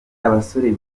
abasore